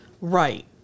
Right